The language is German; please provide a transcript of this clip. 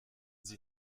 sie